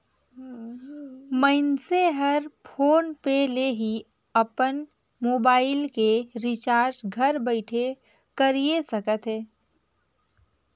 मइनसे हर PhonePe ले ही अपन मुबाइल के रिचार्ज घर बइठे कएर सकथे